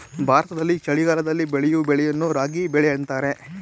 ಭಾರತದಲ್ಲಿ ಚಳಿಗಾಲದಲ್ಲಿ ಬೆಳೆಯೂ ಬೆಳೆಯನ್ನು ರಾಬಿ ಬೆಳೆ ಅಂತರೆ